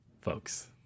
folks